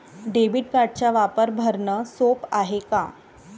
Debit कार्डचा वापर भरनं सोप हाय का?